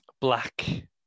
black